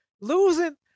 losing